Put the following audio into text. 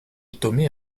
tomé